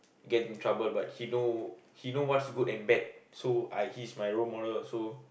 get in trouble but he know he know what's good and bad so I he's my role model